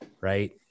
Right